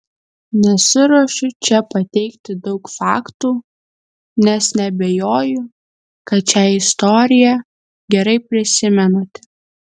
nesiruošiu čia pateikti daug faktų nes neabejoju kad šią istoriją gerai prisimenate